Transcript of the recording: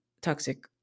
toxic